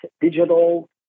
digital